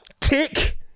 Tick